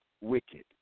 wicked